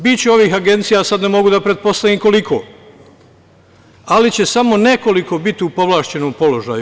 Biće ovih agencija, sad ne mogu da pretpostavim koliko, ali će samo nekoliko biti u povlašćenom položaju.